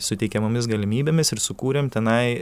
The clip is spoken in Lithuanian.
suteikiamomis galimybėmis ir sukūrėm tenai